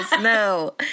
no